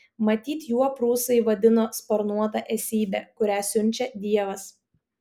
matyt juo prūsai vadino sparnuotą esybę kurią siunčia dievas